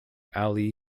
ally